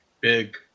big